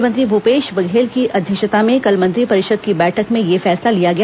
मुख्यमंत्री भूपेश बघेल की अध्यक्षता में कल मंत्रिपरिषद की बैठक में यह फैसला लिया गया